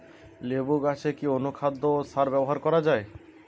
লেবু গাছে কি অনুখাদ্য ও সার ব্যবহার করা হয়?